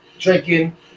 drinking